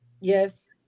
Yes